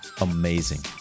Amazing